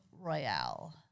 royale